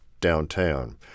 downtown